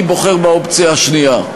אני בוחר באופציה השנייה.